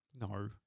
no